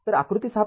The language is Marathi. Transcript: तर आकृती ६